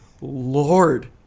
Lord